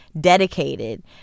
dedicated